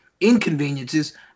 inconveniences